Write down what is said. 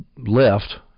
left